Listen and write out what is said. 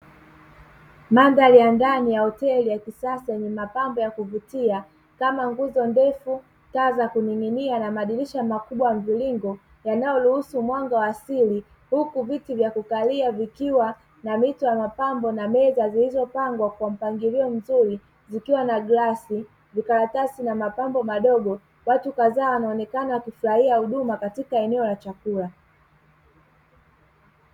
Madhari ya ndani ya hoteli ya kisasa yenye mapambo ya kuvutia, kama nguzo ndefu, taa za kuning'inia na madirisha makubwa mrefu yanayoruhusu mwanga wa asili. Huku viti vya kukalia vikiwa na mito ya mapambo na meza zilizopangwa kwa mpangilio mzuri, zikiwa na glasi, vikaratasi na mapambo madogo. Watu kadhaa wanaonekana kufurahia huduma katika eneo la chakula.